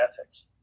ethics